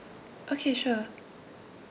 okay sure